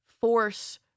force